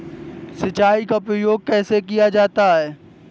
सिंचाई का प्रयोग कैसे किया जाता है?